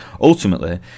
ultimately